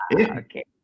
okay